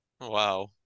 Wow